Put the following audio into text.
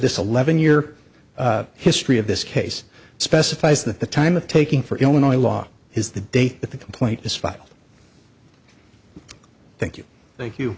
this eleven year history of this case specifies that the time of taking for illinois law is the day that the complaint is filed thank you thank you